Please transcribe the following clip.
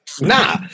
nah